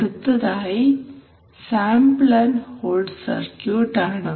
അടുത്തതായി sample and hold circuit ആണ്